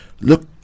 look